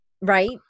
right